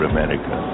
America